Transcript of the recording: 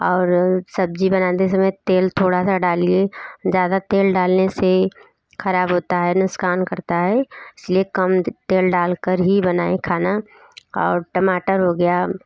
और सब्ज़ी बनाने समय तेल थोड़ा सा डालिए ज़्यादा तेल डालने से ख़राब होता हैं नुक़सान करता है इस लिए कम तेल डाल कर ही बनाएं खाना और टमाटर हो गया